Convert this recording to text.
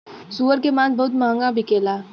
सूअर के मांस बहुत महंगा बिकेला